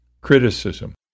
Criticism